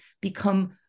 become